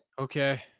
Okay